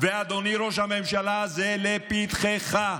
אדוני ראש הממשלה, זה לפתחך.